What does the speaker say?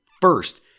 first